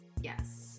Yes